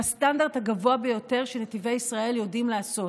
בסטנדרט הגבוה ביותר שנתיבי ישראל יודעים לעשות.